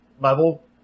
level